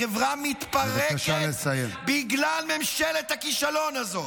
החברה מתפרקת בגלל ממשלת הכישלון הזאת.